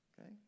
Okay